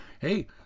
Hey